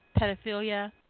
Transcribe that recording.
pedophilia